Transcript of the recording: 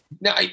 now